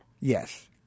Yes